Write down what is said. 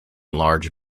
large